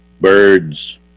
birds